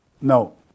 No